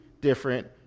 different